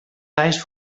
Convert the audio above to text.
talls